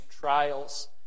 trials